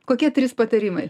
kokie trys patarimai